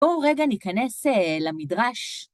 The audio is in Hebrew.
בואו רגע ניכנס למדרש.